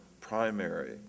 primary